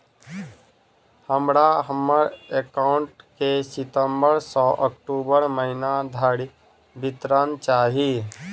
हमरा हम्मर एकाउंट केँ सितम्बर सँ अक्टूबर महीना धरि विवरण चाहि?